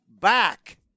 back